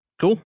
Cool